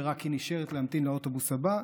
ורק היא נשארת להמתין לאוטובוס הבא,